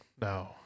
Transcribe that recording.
no